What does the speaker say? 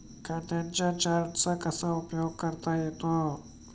खात्यांच्या चार्टचा कसा उपयोग करता येतो?